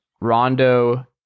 Rondo